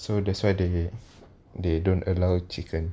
so that's why they they don't allow chicken